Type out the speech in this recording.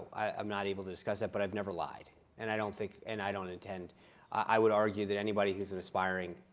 i'm not able to discuss it, but i've never lied. and i don't think and i don't intend i would argue that anybody who is an aspiring